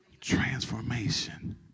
transformation